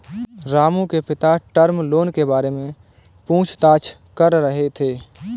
रामू के पिता term loan के बारे में पूछताछ कर रहे थे